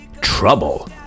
trouble